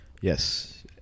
Yes